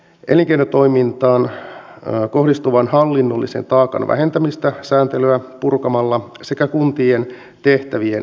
elinkeinotoimintaan kohdistuvan hallinnollisen taakan vähentämistä sääntelyä purkamalla sekä kuntien tehtävien karsimista